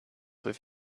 with